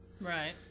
Right